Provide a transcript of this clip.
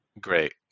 great